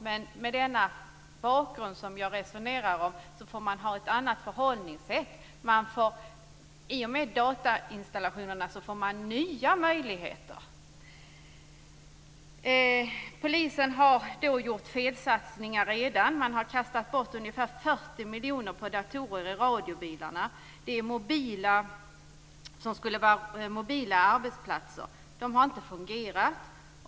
Men man får ha ett annat förhållningssätt. I och med datorinstallationerna får man nya möjligheter. Polisen har redan gjort felsatsningar. Man har kastat bort ungefär 40 miljoner på datorer i radiobilarna, som skulle vara mobila arbetsplatser. Det har inte fungerat.